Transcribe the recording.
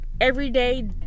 everyday